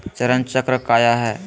चरण चक्र काया है?